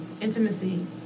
intimacy